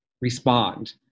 respond